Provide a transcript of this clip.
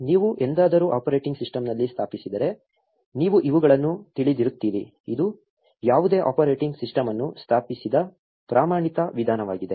ನೀವು ಎಂದಾದರೂ ಆಪರೇಟಿಂಗ್ ಸಿಸ್ಟಂನಲ್ಲಿ ಸ್ಥಾಪಿಸಿದ್ದರೆ ನೀವು ಇವುಗಳನ್ನು ತಿಳಿದಿರುತ್ತೀರಿ ಇದು ಯಾವುದೇ ಆಪರೇಟಿಂಗ್ ಸಿಸ್ಟಮ್ ಅನ್ನು ಸ್ಥಾಪಿಸಿದ ಪ್ರಮಾಣಿತ ವಿಧಾನವಾಗಿದೆ